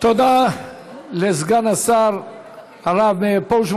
תודה לסגן השר הרב מאיר פרוש.